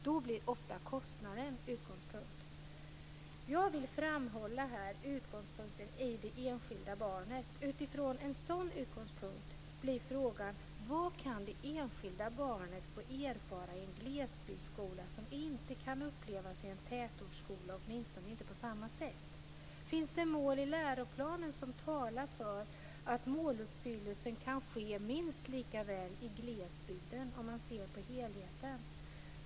Då blir ofta kostnaden utgångspunkt. Jag vill framhålla här utgångspunkten i det enskilda barnet. Utifrån en sådan utgångspunkt blir frågan: Vad kan det enskilda barnet få erfara i en glesbygdsskola som inte kan upplevas i en tätortsskola, åtminstone inte på samma sätt? Finns det mål i läroplanen som talar för att måluppfyllelsen kan ske minst lika väl i glesbygden, om man ser på helheten?